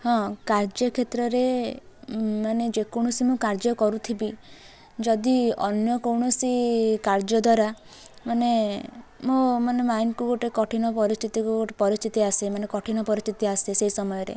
ହଁ କାର୍ଯ୍ୟ କ୍ଷେତ୍ରରେ ମାନେ ଯେକୌଣସି କାର୍ଯ୍ୟ ମୁଁ କରୁଥିବି ଯଦି ଅନ୍ୟ କୌଣସି କାର୍ଯ୍ୟ ଦ୍ୱାର ମାନେ ମୋ ମାନେ ମାଇଣ୍ଡକୁ ଗୋଟେ କଠିନ ପରିସ୍ଥିତିକୁ ପରିସ୍ଥିତି ଆସେ ମାନେ କଠିନ ପରିସ୍ଥିତି ଆସେ ସେ ସମୟରେ